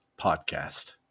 podcast